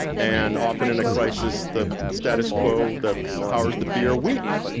and often in a crisis, the status quo, the powers that be, are weak.